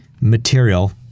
material